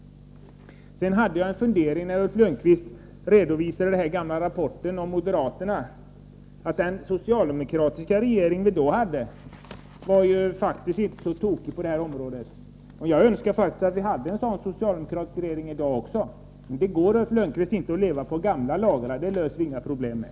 Sedan hade jag en fundering, när Ulf Lönnqvist redovisade den gamla rapporten om moderaterna, att den socialdemokratiska regering vi då hade var faktiskt inte så tokig på det här området. Jag önskar att vi hade en sådan socialdemokratisk regering i dag också. Det går inte, Ulf Lönnqvist, att leva på gamla lagrar. Det löser vi inga problem med.